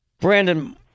Brandon